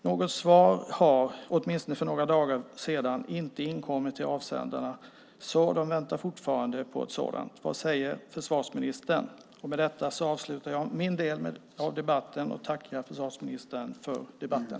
Något svar har inte inkommit till avsändarna, åtminstone inte för några dagar sedan. De väntar fortfarande på ett sådant. Vad säger försvarsministern? Med detta avslutar jag min del av debatten och tackar försvarsministern för debatten.